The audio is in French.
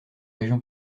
région